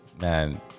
man